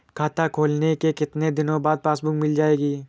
खाता खोलने के कितनी दिनो बाद पासबुक मिल जाएगी?